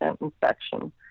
infection